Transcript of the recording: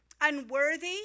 unworthy